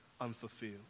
unfulfilled